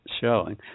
showing